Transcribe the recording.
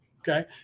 okay